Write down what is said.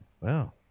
Wow